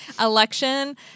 Election